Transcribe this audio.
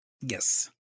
Yes